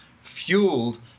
fueled